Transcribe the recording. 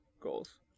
goals